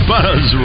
Buzz